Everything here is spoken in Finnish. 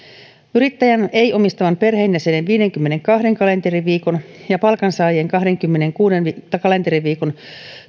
yrittäjän ei omistavan perheenjäsenen viidenkymmenenkahden kalenteriviikon ja palkansaajien kahdenkymmenenkuuden kalenteriviikon